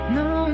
no